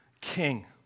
king